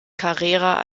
carrera